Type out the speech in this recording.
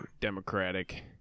Democratic